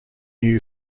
new